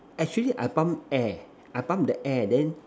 actually I pump air I pump the air then